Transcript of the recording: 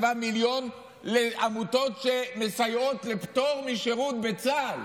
מיליון לעמותות שמסייעות לפטור משירות בצה"ל,